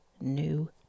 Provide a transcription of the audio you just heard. new